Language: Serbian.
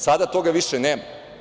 Sada toga više nema.